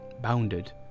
bounded